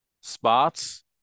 spots